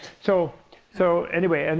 so so anyway, and